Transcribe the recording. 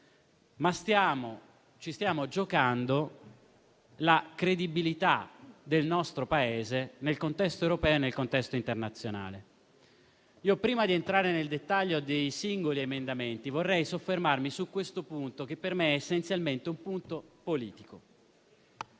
ma ci stiamo giocando la credibilità del Paese nel contesto europeo e internazionale. Prima di entrare nel dettaglio dei singoli emendamenti, vorrei soffermarmi su questo punto, che per me è essenzialmente politico: